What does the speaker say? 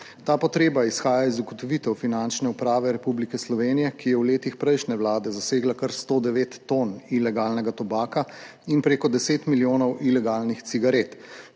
Ta potreba izhaja iz ugotovitev Finančne uprave Republike Slovenije, ki je v letih prejšnje vlade zasegla kar 109 ton ilegalnega tobaka in preko 10 milijonov ilegalnih cigaret,